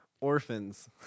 Orphans